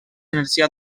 energia